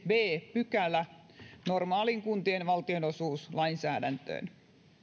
b pykälä normaaliin kuntien valtionosuuslainsäädäntöön